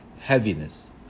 Heaviness